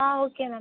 ah okay ma'am